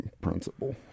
principle